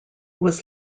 was